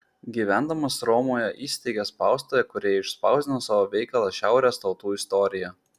gyvendamas romoje įsteigė spaustuvę kurioje išspausdino savo veikalą šiaurės tautų istorija